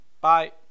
Bye